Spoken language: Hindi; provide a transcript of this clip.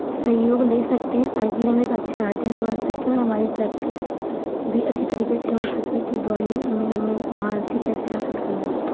सहयोग ले सकते हैं ताकि हम एक अच्छे आर्टिस्ट बन सकें और हमारी प्रैक्टिस भी अच्छी तरीके से हो सके कि ड्राइंग में हमें महारत कैसे हासिल करनी है